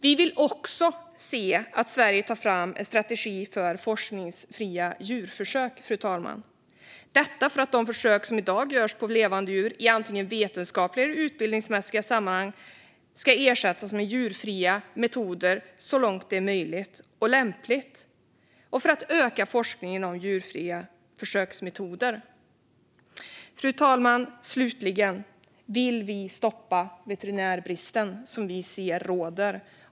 Dessutom vill vi att Sverige tar fram en strategi för djurförsöksfri forskning, fru talman, för att de försök som i dag görs på levande djur - i antingen vetenskapliga eller utbildningsmässiga sammanhang - ska ersättas med djurfria metoder så långt det är möjligt och lämpligt samt för att öka forskningen om djurfria försöksmetoder. Slutligen, fru talman, vill vi stoppa den veterinärbrist som vi ser råder.